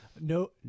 no